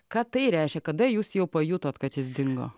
ką tai reiškia kada jūs jau pajutot kad jis dingo